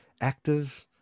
active